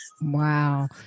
wow